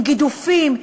עם גידופים,